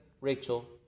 Rachel